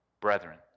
brethren